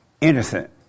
innocent